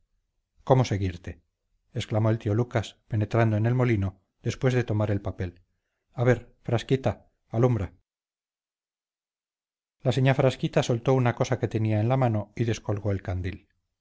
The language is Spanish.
cómo seguirte exclamó el tío lucas penetrando en el molino después de tomar el papel a ver frasquita alumbra la señá frasquita soltó una cosa que tenía en la mano y descolgó el candil